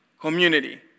community